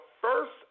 first